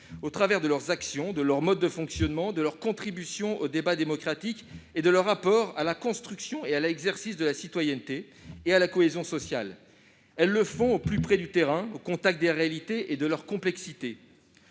au travers de leurs actions, de leur mode de fonctionnement, de leur contribution au débat démocratique et de leur rapport à la construction et à l'exercice de la citoyenneté et à la cohésion sociale. Les associations le font au plus près du terrain, au contact des réalités et de leur complexité.